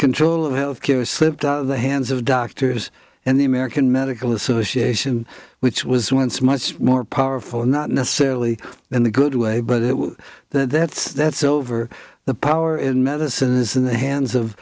control of health care slipped out of the hands of doctors and the american medical association which was once much more powerful not necessarily in the good way but that that's that's over the power in medicine is in the hands of